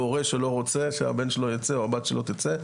הורה שלא רוצה שהבן שלו יצא או הבת שלו תצא,